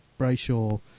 Brayshaw